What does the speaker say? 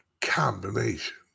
Combination